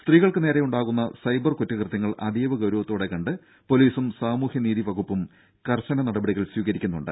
സ്ത്രീകൾക്ക് നേരെ ഉണ്ടാവുന്ന സൈബർ കുറ്റകൃത്യങ്ങൾ അതീവ ഗൌരവത്തോടെ കണ്ട് പൊലീസും സാമൂഹ്യനീതി വകുപ്പും കർശന നടപടികൾ സ്വീകരിക്കുന്നുണ്ട്